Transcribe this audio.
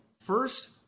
first